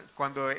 cuando